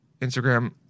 Instagram